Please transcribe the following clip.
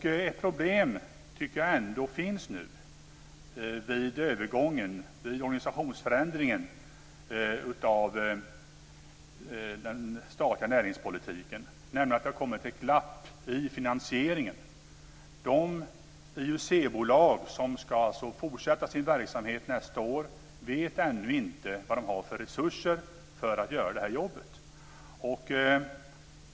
Men jag tycker ändå att det finns ett problem nu när det gäller organisationsförändringen i den statliga näringspolitiken. Det har nämligen blivit ett glapp i finansieringen. De IUC-bolag som ska fortsätta sin verksamhet nästa år vet ännu inte vad de har för resurser för att göra det här jobbet.